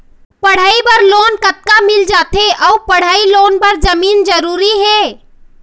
पढ़ई बर लोन कतका मिल जाथे अऊ पढ़ई लोन बर जमीन जरूरी हे?